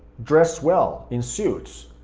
dress well in suits,